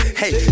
hey